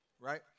right